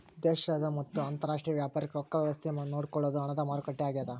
ದೇಶದ ಮತ್ತ ಅಂತರಾಷ್ಟ್ರೀಯ ವ್ಯಾಪಾರಕ್ ರೊಕ್ಕ ವ್ಯವಸ್ತೆ ನೋಡ್ಕೊಳೊದು ಹಣದ ಮಾರುಕಟ್ಟೆ ಆಗ್ಯಾದ